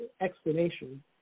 explanation